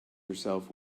yourself